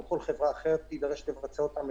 או כל חברה אחרת תידרש לבצע אותן,